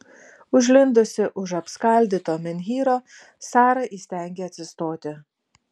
užlindusi už apskaldyto menhyro sara įstengė atsistoti